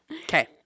Okay